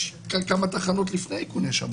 יש כמה תחנות לפני איכוני שב"כ.